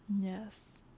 yes